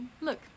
Look